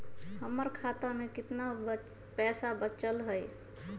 हमर खाता में केतना पैसा बचल हई?